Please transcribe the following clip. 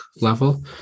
level